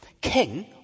king